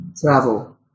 Travel